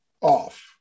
off